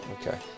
Okay